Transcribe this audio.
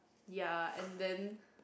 ya and then